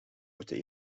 moeten